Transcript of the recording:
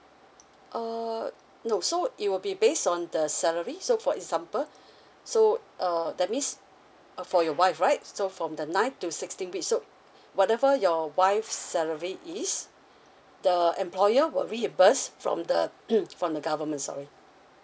uh no so it will be based on the salary so for example so err that means uh for your wife right so from the ninth to sixteenth week so whatever your wife salary is the employer will reimburse from the hmm from the government sorry